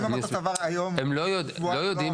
לא, אם שבועיים לא עבר --- לא יודעים